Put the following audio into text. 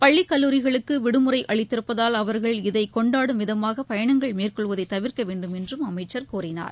பள்ளிக்கல்லூரிகளுக்குவிடுமுறைஅளித்திருப்பதால் அவர்கள் இதைகொண்டாடும் விதமாகபயணங்கள் மேற்கொள்வதைதவிர்க்கவேண்டும் என்றும் அமைச்சர் கூறினார்